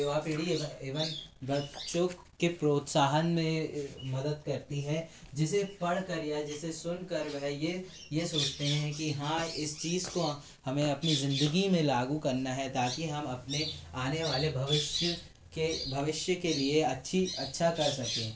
युवा पीढ़ी एवं एवं बच्चों के प्रोत्साहन में मदद करती हैं जिसे पढ़कर या जिसे सुनकर भाई ये ये सोचते हैं कि हाँ इस चीज को हमें अपनी ज़िदगी में लागू करना है ताकी हम अपने आने वाले भविष्य के भविष्य के लिए अच्छी अच्छा कर सकें